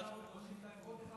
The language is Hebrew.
עכשיו מוסיפים להם,